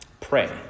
pray